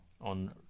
on